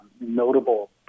notable